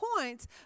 points